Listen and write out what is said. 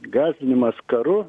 gąsdinimas karu